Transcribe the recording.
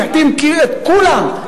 שהחתים את כולם,